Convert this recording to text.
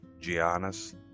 Giannis